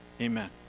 Amen